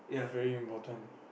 very important